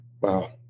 Wow